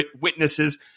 witnesses